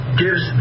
gives